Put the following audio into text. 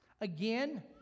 Again